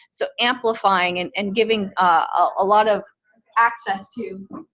so amplifying and and giving a lot of access to,